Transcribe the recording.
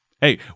Hey